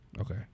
Okay